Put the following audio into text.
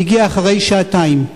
הגיע אחרי שעתיים.